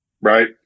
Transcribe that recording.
right